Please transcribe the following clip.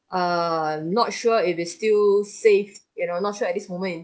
err I'm not sure if is still safe you know not sure at this moment